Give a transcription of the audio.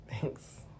thanks